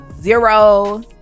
Zero